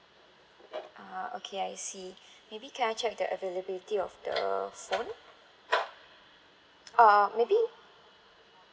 ah okay I see maybe can I check the availability of the phone err maybe